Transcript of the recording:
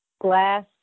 glass